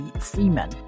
Freeman